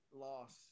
loss